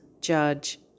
judge